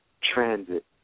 transit